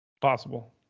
Possible